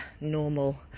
normal